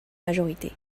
majorité